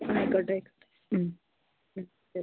ആയിക്കോട്ടെ ആയിക്കോട്ടെ ശരി